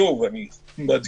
שוב אני מדגיש,